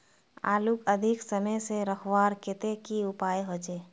आलूक अधिक समय से रखवार केते की उपाय होचे?